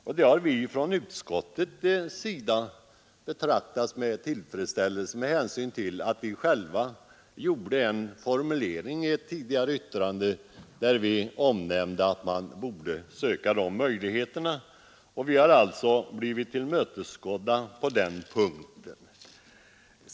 Och det har vi från utskottets sida betraktat med tillfredsställelse med hänsyn till att vi själva gjort en formulering i ett tidigare betänkande, där vi omnämnt att de möjligheterna borde prövas. Man har alltså tillmötesgått oss på den punkten.